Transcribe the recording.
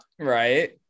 right